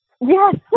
Yes